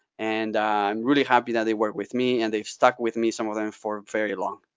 and i'm really happy that they work with me, and they've stuck with me some of them for very long.